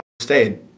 stayed